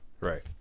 right